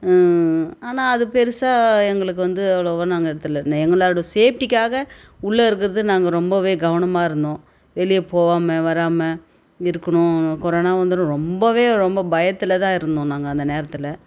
ஆனால் அது பெருசாக எங்களுக்கு வந்து அவ்வளோவா நாங்கள் இடத்துல நே எங்களோட சேஃப்ட்டிக்காக உள்ளே இருக்கிறது நாங்கள் ரொம்பவே கவனமாக இருந்தோம் வெளியே போகாம வராமல் இருக்கணும் கொரோனா வந்துடும் ரொம்பவே ரொம்ப பயத்தில் தான் இருந்தோம் நாங்கள் அந்த நேரத்தில்